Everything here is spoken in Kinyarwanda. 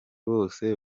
bose